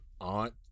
aunt